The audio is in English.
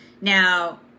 now